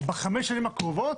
בחמש השנים הקרובות